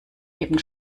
eben